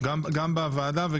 גם בוועדה.